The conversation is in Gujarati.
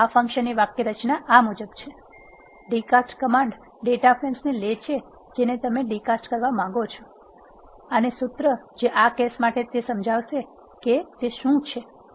આ ફંક્શન ની વાક્યરચના આ મુજબ છે d cast command data frames ને લે છે જેને તમે d cast કરવા માંગો છો અને સૂત્ર જે આ કેસ માટે તે સમજાવશે કે તે શું છે